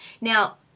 Now